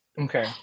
okay